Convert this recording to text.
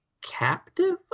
captive